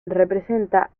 representa